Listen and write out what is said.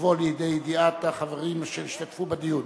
יבוא לידי ידיעת החברים אשר השתתפו בדיון.